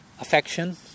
affection